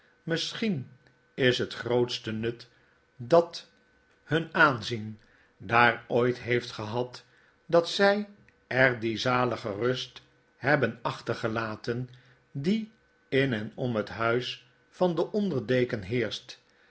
misschien is het grootste nut dat hun aanzijn daar ooit heeft gehad dat zij er die zalige rust hebben achtergelaten die in en om het huis van den onder deken heersht